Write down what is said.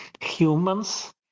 Humans